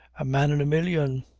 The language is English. a man in a million.